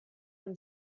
amb